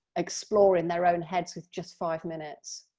explore in their own heads with just five minutes.